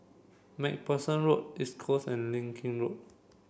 MacPherson Road East Coast and Leng Kee Road